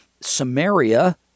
Samaria